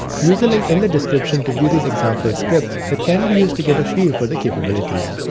use the link in the description to view these example scripts that can be used to get a feel for the capabilities.